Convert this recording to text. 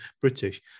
British